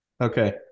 Okay